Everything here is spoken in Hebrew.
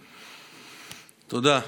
תודה.